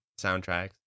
soundtracks